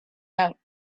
out